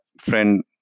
friend